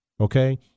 Okay